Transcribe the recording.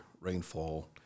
rainfall